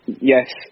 Yes